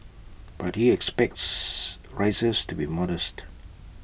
but he expects rises to be modest